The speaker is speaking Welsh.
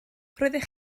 roeddech